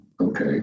Okay